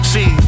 See